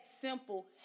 simple